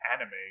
anime